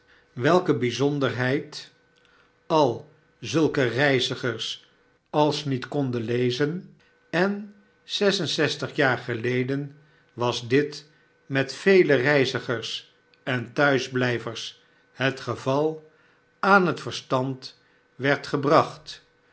welke bijzonderheid al zulken reizigers als niet konden lezen en zes en zestig jaar geleden was dit met vele reizigers en thuisblijvers het geval aan het verstand werd gebracht